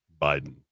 Biden